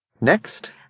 Next